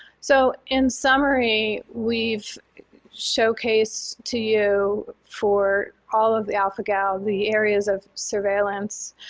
so in summary, we've showcase to you for all of the alpha-gal, the areas of surveillance,